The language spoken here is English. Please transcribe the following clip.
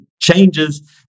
changes